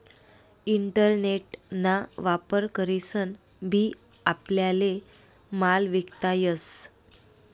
internet ना वापर करीसन बी आपल्याले माल विकता येस